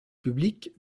public